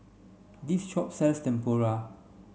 this shop sells Tempura